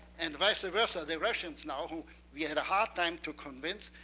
and vise ah versa, the russians now, who we had a hard time to convince,